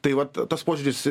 tai vat tas požiūris